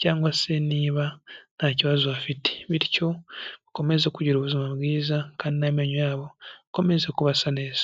cyangwa se niba nta kibazo bafite, bityo ukomeze kugira ubuzima bwiza kandi n'amenyo yabo akomeze kuba asa neza.